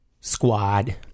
Squad